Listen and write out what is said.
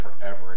forever